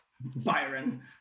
Byron